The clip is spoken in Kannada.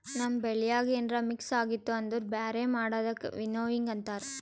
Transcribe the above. ನಮ್ ಬೆಳ್ಯಾಗ ಏನ್ರ ಮಿಕ್ಸ್ ಆಗಿತ್ತು ಅಂದುರ್ ಬ್ಯಾರೆ ಮಾಡದಕ್ ವಿನ್ನೋವಿಂಗ್ ಅಂತಾರ್